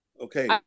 Okay